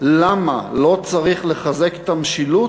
למה לא צריך לחזק את המשילות,